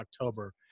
October